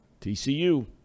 TCU